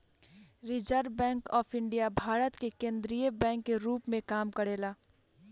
reserve bank of India Bharat के केंद्रीय bank के रूप में काम करेला